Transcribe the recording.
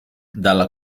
dalla